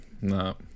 no